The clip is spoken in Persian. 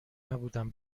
نبودم